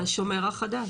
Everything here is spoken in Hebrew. מהשומר החדש.